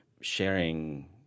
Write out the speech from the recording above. sharing